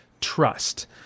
trust